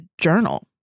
journal